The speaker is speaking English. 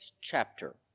chapter